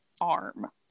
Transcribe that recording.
Arm